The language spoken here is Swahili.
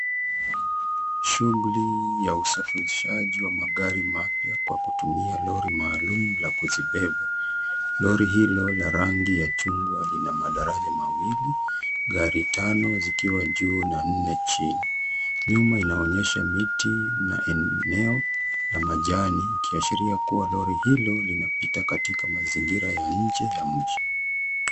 Shughuli ya usafirishaji wa magari mapya kwa kutumia lori maalum la kuzibeba. Lori hilo la rangi ya chungwa lina madaraja mawili; gari tano zikiwa juu na nne chini. Nyuma inaonyesha miti na eneo la majani, ikiashiria kuwa lori hilo linapita katika mazingira ya nje .